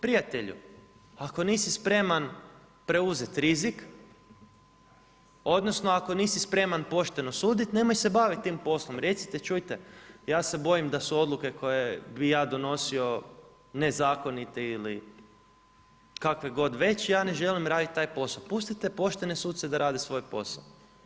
Prijatelju, ako nisi spreman preuzeti rizik, odnosno ako nisi spreman pošteno suditi, nemoj se baviti tim poslom, recite čujte, ja se bojim da su odluke koje bi ja donosio nezakonite ili kakve god već, ja ne želim raditi taj posao, pustite poštene suce da rade svoj posao.